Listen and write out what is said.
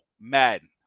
Madden